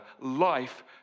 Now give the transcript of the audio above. life